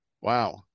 Wow